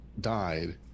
died